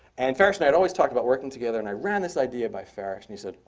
and farish and i had always talked about working together. and i ran this idea by farish. and he said, oh,